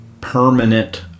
permanent